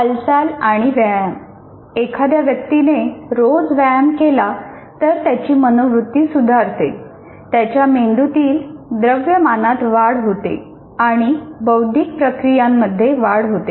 हालचाल आणि व्यायाम एखाद्या व्यक्तीने रोज व्यायाम केला तर त्याची मनोवृत्ती सुधारते त्याच्या मेंदूतील द्रव्यमानात वाढ होते आणि बौद्धिक प्रक्रियांमध्ये वाढ होते